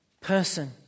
person